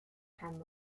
time